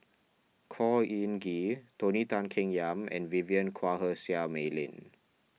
Khor Ean Ghee Tony Tan Keng Yam and Vivien Quahe Seah Mei Lin